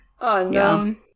Unknown